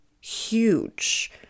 huge